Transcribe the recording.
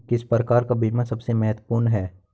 किस प्रकार का बीमा सबसे महत्वपूर्ण है?